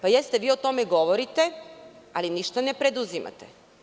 Jeste, vi o tome govorite, ali ništa ne preduzimate.